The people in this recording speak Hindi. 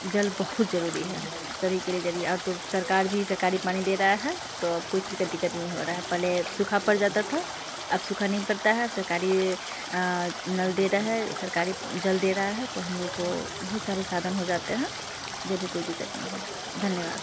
जल बहुत जरूरी है सभी के लिए जरिया और तो सरकार भी सरकारी पानी दे रहा है तो अब कोई चीज का दिक्कत नहीं हो रहा है पहले सूखा पड़ जाता था अब सूखा नहीं पड़ता है अब सरकारी नल दे रहा है सरकारी जल दे रहा है तो हम लोग को बहुत सारे साधन हो जाते हैं कोई दिक्कत नहीं है धन्यवाद